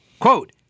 quote